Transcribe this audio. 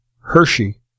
Hershey